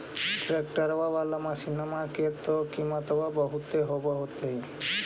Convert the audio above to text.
ट्रैक्टरबा बाला मसिन्मा के तो किमत्बा बहुते होब होतै?